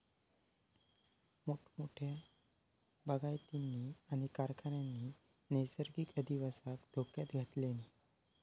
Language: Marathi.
मोठमोठ्या बागायतींनी आणि कारखान्यांनी नैसर्गिक अधिवासाक धोक्यात घातल्यानी